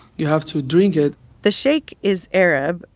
you have to drink it the sheikh is arab.